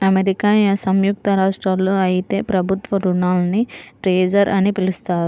America సంయుక్త రాష్ట్రాల్లో అయితే ప్రభుత్వ రుణాల్ని ట్రెజర్ అని పిలుస్తారు